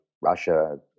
Russia